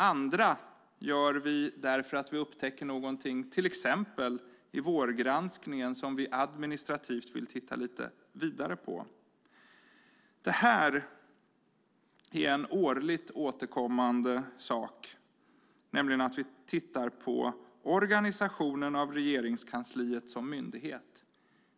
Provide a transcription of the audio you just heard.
Andra gör vi därför att vi upptäcker någonting, till exempel i vårgranskningen, som vi administrativt vill titta lite vidare på. Detta är en årligt återkommande sak, nämligen att vi tittar på organisationen av Regeringskansliet som myndighet.